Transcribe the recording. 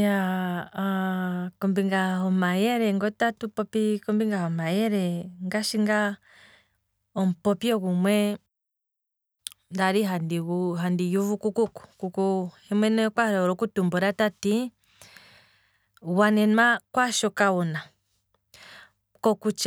Iyaaa kombinga ho mayele nge otatu popi kombinga ho mayele, ngashi ngaa omupopyo gumwe ndali handi guuvu ku kuku, kuku hemwene okwali e hole oku tumbula tati, gwanenwa kwaashoka wuna, ta tshiti,